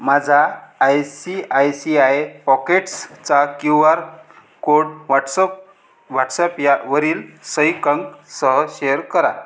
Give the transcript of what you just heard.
माझा I C I C I पॉकेट्सचा Q R code WhatsApp WhatsApp या वरील सई कंकसह शेअर करा